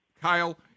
Kyle